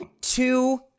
two